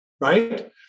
right